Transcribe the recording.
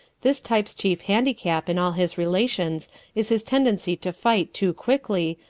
this type's chief handicap in all his relations is his tendency to fight too quickly,